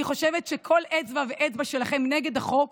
אני חושבת שכל אצבע ואצבע שלכם נגד החוק,